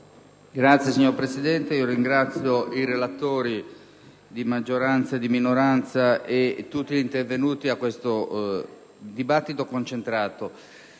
finanze*. Signora Presidente, ringrazio i relatori di maggioranza e di minoranza e tutti gli intervenuti a questo dibattito concentrato.